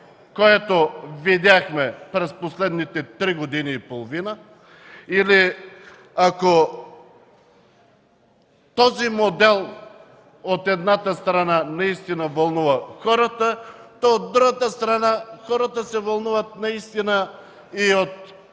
който видяхме през последните три години и половина. Или ако този модел, от едната страна, наистина вълнува хората, то от другата страна хората наистина се